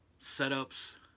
setups